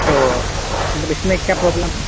تو مطلب اس میں کیا پروبلم ہے